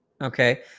Okay